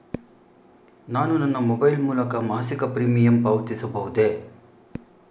ನಾನು ನನ್ನ ಮೊಬೈಲ್ ಮೂಲಕ ಮಾಸಿಕ ಪ್ರೀಮಿಯಂ ಪಾವತಿಸಬಹುದೇ?